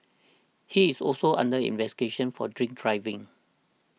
he is also under investigation for drink driving